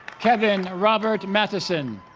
kevin robert mattison